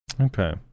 okay